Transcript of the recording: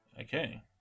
Okay